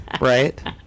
right